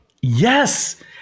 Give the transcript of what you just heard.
Yes